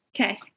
Okay